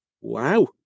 wow